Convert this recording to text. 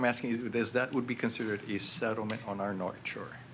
i'm asking you this that would be considered a settlement on our north shore